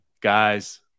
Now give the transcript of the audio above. guys